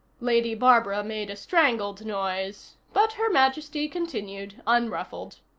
lady barbara made a strangled noise but her majesty continued, unruffled.